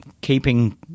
keeping –